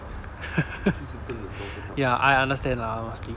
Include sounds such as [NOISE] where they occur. [LAUGHS] ya I understand lah honestly